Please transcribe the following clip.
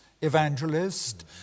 evangelist